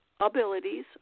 abilities